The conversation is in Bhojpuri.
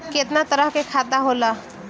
केतना तरह के खाता होला?